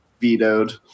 vetoed